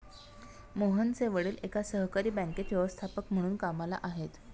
मोहनचे वडील एका सहकारी बँकेत व्यवस्थापक म्हणून कामला आहेत